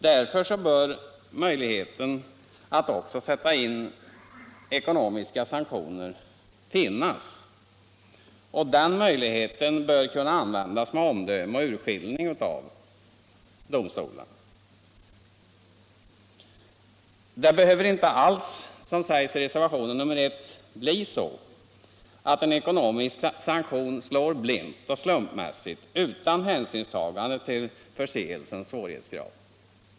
Därför bör möjligheten att också sätta in ekonomiska sanktioner finnas, och den möjligheten bör kunna användas med omdöme och urskiljning av domstolarna. Det behöver inte alls, som sägs i reservationen 1, bli så att en ekonomisk sanktion slår blint och slumpmässigt utan hänsynstagande till förseelsens svårighetsgrad.